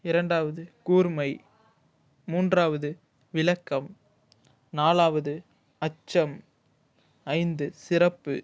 இரண்டாவது கூர்மை மூன்றாவது விளக்கம் நாலாவது அச்சம் ஐந்து சிறப்பு